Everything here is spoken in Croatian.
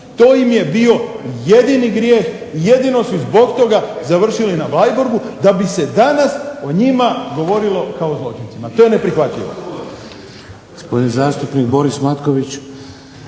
To im je bio jedini grijeh, jedino su i zbog toga završili na Bleiburgu, da bi se danas o njima govorilo kao o zločincima. To je neprihvatljivo.